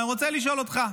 אני רוצה לשאול אותך,